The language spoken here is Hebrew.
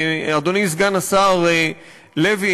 ואדוני סגן השר לוי,